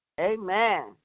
Amen